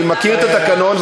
אני מכיר את התקנון,